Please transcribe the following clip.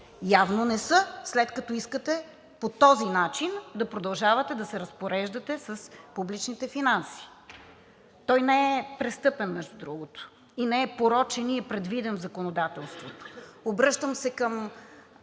Явно не са, след като искате по този начин да продължавате да се разпореждате с публичните финанси. Той не е престъпен, между другото, и не е порочен, и е предвиден в законодателството. Обръщам се към